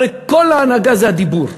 הרי כל ההנהגה זה הדיבור.